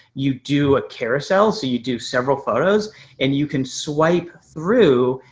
you do a carousel. so you do several photos and you can swipe through.